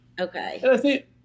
Okay